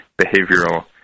behavioral